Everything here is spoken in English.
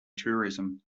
tourism